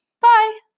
bye